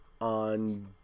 on